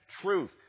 truth